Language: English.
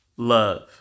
Love